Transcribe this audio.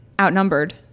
outnumbered